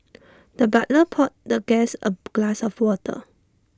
the butler poured the guest A glass of water